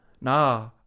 Nah